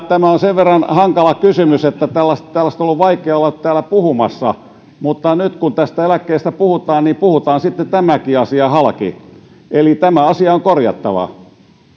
tämä on sen verran hankala kysymys että tällaisesta on ollut vaikea olla täällä puhumassa mutta nyt kun tästä eläkkeestä puhutaan niin puhutaan sitten tämäkin asia halki tämä asia on korjattava